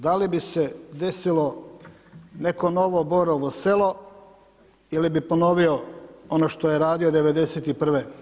Da li bi se desilo neko novo Borovo selo ili bi ponovio ono što je radio '91.